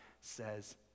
says